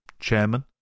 Chairman